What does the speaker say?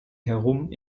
herum